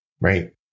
Right